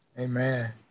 Amen